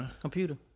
Computer